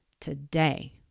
today